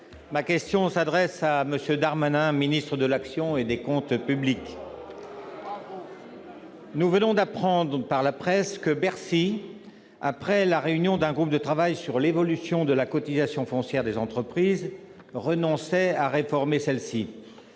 Ma question s'adresse à M. Darmanin, ministre de l'action et des comptes publics. Nous venons d'apprendre par la presse que Bercy, après la réunion d'un groupe de travail sur l'évolution de la cotisation foncière des entreprises, renonçait à réformer celle-ci.